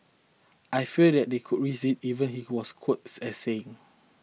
I fear that they could risk it even he was quoted as saying